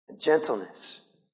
gentleness